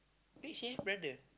brother